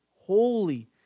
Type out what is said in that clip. Holy